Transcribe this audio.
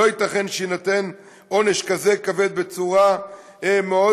לא ייתכן שיינתן עונש כבד כזה בצורה מאוד